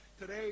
Today